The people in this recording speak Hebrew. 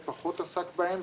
ופחות עסק בהם.